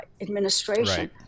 administration